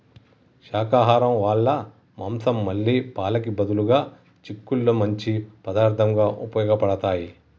శాకాహరం వాళ్ళ మాంసం మళ్ళీ పాలకి బదులుగా చిక్కుళ్ళు మంచి పదార్థంగా ఉపయోగబడతాయి